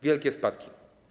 Wielkie spadki.